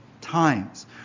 times